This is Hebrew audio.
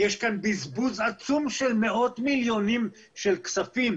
יש כאן בזבוז עצום של מאות מיליונים של כספים,